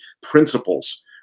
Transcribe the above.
principles